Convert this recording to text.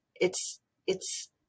It's—it's